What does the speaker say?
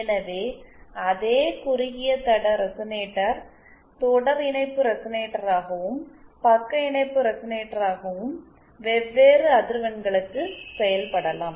எனவே அதே குறுகிய தட ரெசனேட்டர் தொடர் இணைப்பு ரெசனேட்டராகவும் பக்க இணைப்பு ரெசனேட்டராகவும் வெவ்வேறு அதிர்வெண்களுக்கு செயல்படலாம்